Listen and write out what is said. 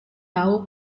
tahu